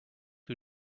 who